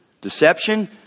Deception